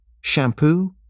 Shampoo